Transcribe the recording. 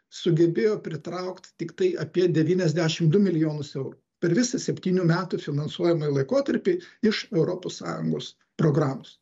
sugebėjo pritraukt tiktai apie devyniasdešimt du milijonus eurų per visą septynių metų finansuojamąjį laikotarpį iš europos sąjungos programos